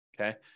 okay